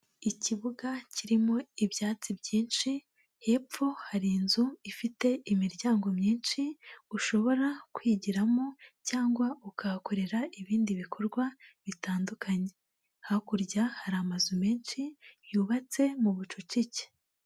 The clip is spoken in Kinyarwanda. Ikibuga kirimo ibyatsi byinshi, hepfo hari inzu ifite imiryango myinshi, ushobora kwigiramo cyangwa ukahakorera ibindi bikorwa bitandukanye. Hakurya hari amazu menshi, yubatse mu bucucike.